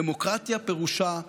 דמוקרטיה פירושה חופש.